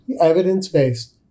Evidence-based